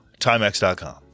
Timex.com